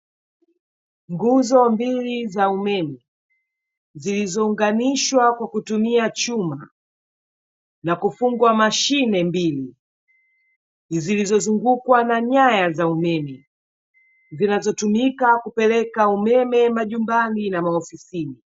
Nguzo mbili za umeme zilizounganishwa kwa kutumia chuma na kufungwa mashine mbili, zilizozungukwa na nyaya za umeme zinazotumika kupeleka umeme majumbani na maofisini.